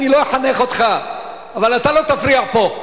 אני לא אחנך אותך, אבל אתה לא תפריע פה.